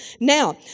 Now